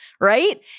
right